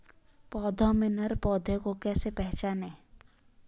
पौधों में नर पौधे को कैसे पहचानें?